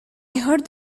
heard